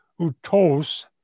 utos